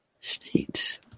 states